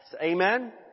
Amen